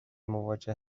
مواجه